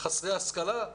חסרי השכלה?